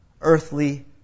earthly